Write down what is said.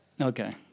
okay